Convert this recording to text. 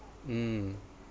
mm